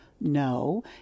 No